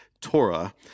Torah